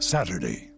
Saturday